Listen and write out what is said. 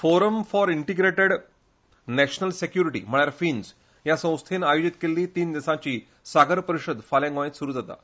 forum for integrated national security म्हळयार FINS ह्या संस्थेन आयोजीत केल्ली तीन दिसांची सागर परिशद फाल्या गोयांत सुरू जाता